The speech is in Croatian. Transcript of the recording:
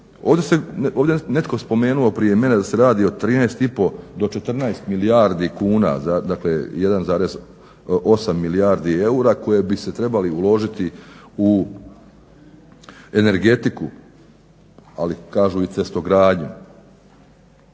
Ovdje je netko prije mene spomenuo da se radi o 13,5 do 14 milijardi kuna, dakle 1,8 milijardi eura koji bi se trebali uložiti u energetiku ali kažu i u cestogradnju.